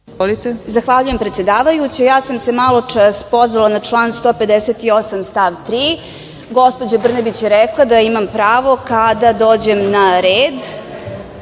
Zahvaljujem, predsedavajuća. Ja sam se maločas pozvala na član 158. stav 3.Gospođa Brnabić je rekla da imam pravo kada dođem na red,